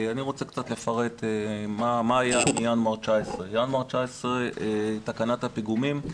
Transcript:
אני רוצה קצת לפרט מה היה מינואר 19'. בינואר 19' תקנת הפיגומים,